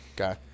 Okay